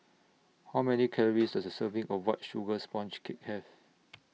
How Many Calories Does A Serving of White Sugar Sponge Cake Have